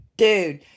Dude